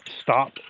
stop